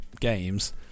games